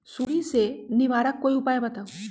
सुडी से निवारक कोई उपाय बताऊँ?